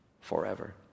forever